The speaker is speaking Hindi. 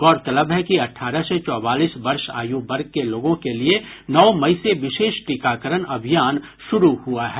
गौरतलब है कि अठारह से चौवालीस वर्ष आयु वर्ग के लोगों के लिए नौ मई से विशेष टीकाकरण अभियान शुरु हुआ है